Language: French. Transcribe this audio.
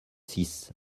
six